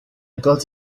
got